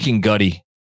gutty